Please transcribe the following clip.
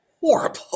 horrible